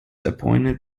appointed